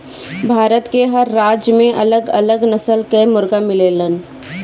भारत के हर राज्य में अलग अलग नस्ल कअ मुर्गा मिलेलन